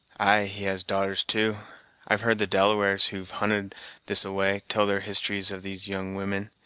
ay, he has darters, too i've heard the delawares, who've hunted this a way, tell their histories of these young women.